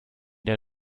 der